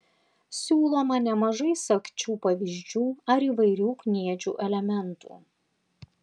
siūloma nemažai sagčių pavyzdžių ar įvairių kniedžių elementų